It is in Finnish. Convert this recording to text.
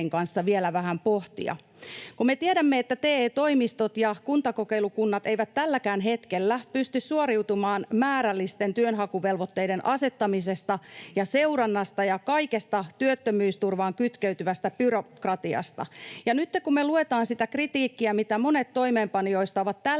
kanssa vielä vähän pohtia. Kun me tiedämme, että TE-toimistot ja kuntakokeilukunnat eivät tälläkään hetkellä pysty suoriutumaan määrällisten työnhakuvelvoitteiden asettamisesta ja seurannasta ja kaikesta työttömyysturvaan kytkeytyvästä byrokratiasta, ja nyt kun me luetaan sitä kritiikkiä, mitä monet toimeenpanijoista ovat tälle